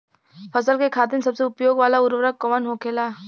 फसल के खातिन सबसे उपयोग वाला उर्वरक कवन होखेला?